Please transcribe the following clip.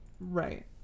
Right